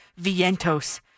Vientos